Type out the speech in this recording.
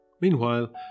Meanwhile